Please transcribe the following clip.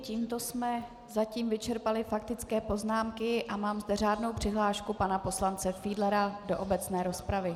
Tímto jsme zatím vyčerpali faktické poznámky a mám zde řádnou přihlášku pana poslance Fiedlera do obecné rozpravy.